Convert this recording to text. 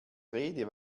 rede